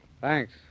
Thanks